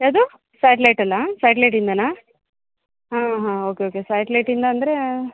ಯಾವುದು ಸ್ಯಾಟ್ಲೈಟ್ಲ್ಲಾ ಸ್ಯಾಟ್ಲೈಟಿಂದಲಾ ಹಾಂ ಹಾಂ ಓಕೆ ಓಕೆ ಸ್ಯಾಟ್ಲೈಟ್ ಇಂದ ಅಂದರೆ